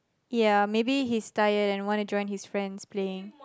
ya maybe he's tired and want to join his friends playing